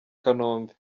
kanombe